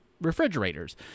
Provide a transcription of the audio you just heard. refrigerators